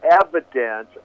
evidence